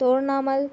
Toranmal